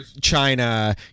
China